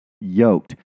yoked